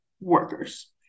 workers